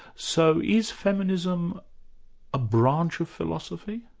so is feminism a branch of philosophy?